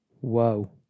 Whoa